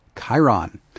Chiron